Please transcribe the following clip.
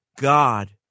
God